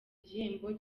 gihembo